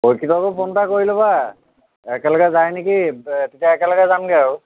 পৰিক্ষিতকো phone এটা কৰি ল'বা একেলগে যাই নেকি তেতিয়া যাম গৈ আৰু